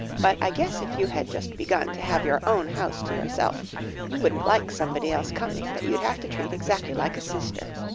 but i guess if you had just begun to have your own house to yourself you wouldn't like somebody else coming that you'd have to treat exactly like a sister.